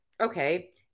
okay